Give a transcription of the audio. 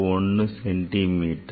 001 centimetre